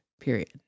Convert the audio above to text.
period